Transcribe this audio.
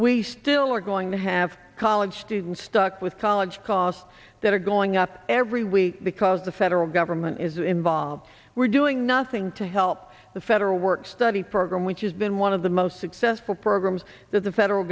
we still are going to have college students stuck with college costs that are going up every week because the federal government is involved we're doing nothing to help the federal work study program which has been one of the most successful programs that the federal